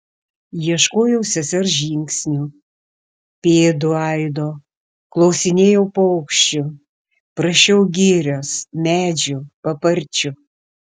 ieškojau sesers žingsnių pėdų aido klausinėjau paukščių prašiau girios medžių paparčių